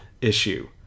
issue